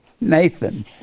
Nathan